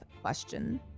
question